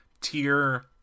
tier